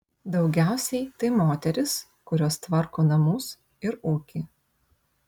daugiausiai tai moterys kurios tvarko namus ir ūkį